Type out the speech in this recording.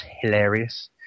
hilarious